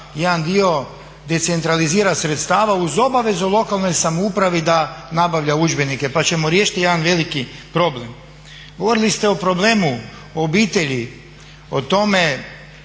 jedan dio decentralizira sredstava uz obavezu lokalnoj samoupravi da nabavlja udžbenike pa ćemo riješiti jedan veliki problem. Govorili ste o problemu obitelji, o tome